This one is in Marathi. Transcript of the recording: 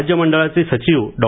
राज्य मंडळाचे सचिव डॉ